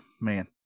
Man